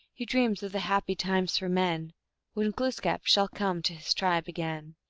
he dreams of the happy time for men when glooskap shall come to his tribe again.